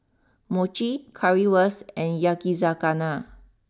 Mochi Currywurst and Yakizakana